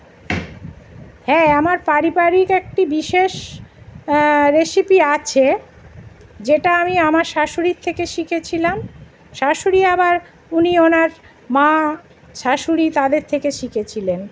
হ্যাঁ আমার পারিবারিক একটি বিশেষ রেসিপি আছে যেটা আমি আমার শাশুড়ির থেকে শিখেছিলাম শাশুড়ি আবার উনি ওঁর মা শাশুড়ি তাদের থেকে শিখেছিলেন